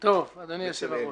תודה, אדוני היושב-ראש.